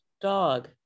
dog